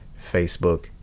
Facebook